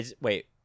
Wait